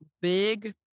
big